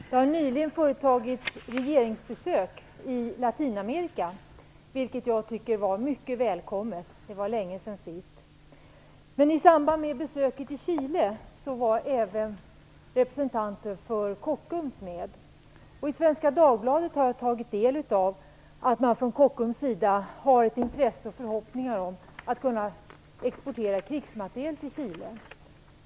Fru talman! Jag har en fråga till Jan Nygren. Det har nyligen företagits regeringsbesök i Latinamerika, vilket jag tycker var mycket välkommet. Det var länge sedan sist. I samband med besöket i Chile var även representanter för Kockums med. I Svenska Dagbladet har jag tagit del av att man från Kockums sida har intresse av och förhoppningar om att kunna exportera krigsmateriel till Chile.